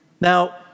Now